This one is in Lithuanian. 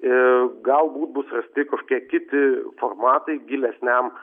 ir galbūt bus rasti kažkokie kiti formatai gilesniam